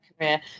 career